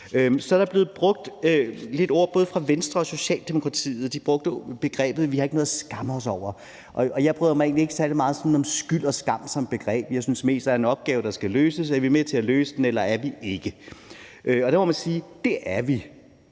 Så er der blevet brugt nogle ord både af Venstre og Socialdemokratiet, hvor de sagde: Vi har ikke noget at skamme os over. Jeg bryder mig egentlig ikke sådan særlig meget om skyld og skam som begreber. Jeg synes mest, det handler om, at der er en opgave, der skal løses. Er vi med til at løse den, eller er vi ikke? Der må man sige: Det er vi.